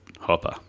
Hopper